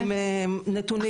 עם נתונים.